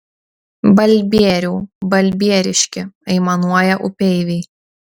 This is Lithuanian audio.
balbieriau balbieriški aimanuoja upeiviai